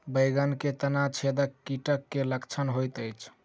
बैंगन मे तना छेदक कीटक की लक्षण होइत अछि?